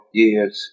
years